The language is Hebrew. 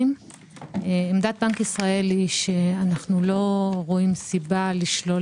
עמדת בנק ישראל היא שאנו לא רואים סיבה לשלול